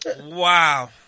Wow